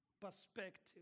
Perspective